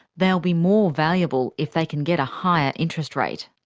they'll be more valuable if they can get a higher interest rate.